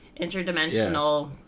interdimensional